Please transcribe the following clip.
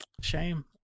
Shame